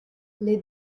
les